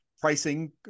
pricing